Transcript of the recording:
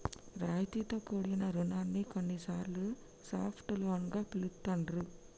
రాయితీతో కూడిన రుణాన్ని కొన్నిసార్లు సాఫ్ట్ లోన్ గా పిలుత్తాండ్రు